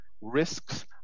risks